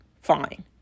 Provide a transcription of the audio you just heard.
Fine